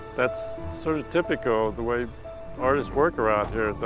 that's sort of typical the way artists work around here.